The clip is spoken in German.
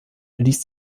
ließ